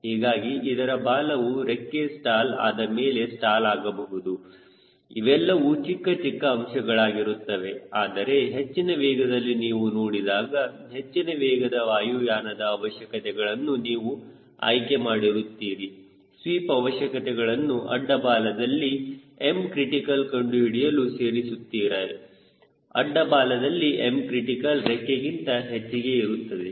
ಹೀಗಾಗಿ ಇದರ ಬಾಲವು ರೆಕ್ಕೆ ಸ್ಟಾಲ್ ಆದಮೇಲೆ ಸ್ಟಾಲ್ ಆಗಬಹುದು ಇವೆಲ್ಲವೂ ಚಿಕ್ಕಚಿಕ್ಕ ಅಂಶಗಳಾಗಿರುತ್ತವೆ ಆದರೆ ಹೆಚ್ಚಿನ ವೇಗದಲ್ಲಿ ನೀವು ನೋಡಿದಾಗ ಹೆಚ್ಚಿನ ವೇಗದ ವಾಯುಯಾನದ ಅವಶ್ಯಕತೆಗಳನ್ನು ನೀವು ಆಯ್ಕೆ ಮಾಡಿರುತ್ತೀರಿ ಸ್ವೀಪ್ ಅವಶ್ಯಕತೆಗಳನ್ನು ಅಡ್ಡ ಬಾಲದಲ್ಲಿ Mಕ್ರಿಟಿಕಲ್ ಕಂಡುಹಿಡಿಯಲು ಸೇರಿಸಿರುತ್ತಾರೆ ಅಡ್ಡ ಬಾಲದಲ್ಲಿ Mಕ್ರಿಟಿಕಲ್ ರೆಕ್ಕೆಗಿಂತ ಹೆಚ್ಚಿಗೆ ಇರುತ್ತದೆ